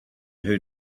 who